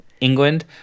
England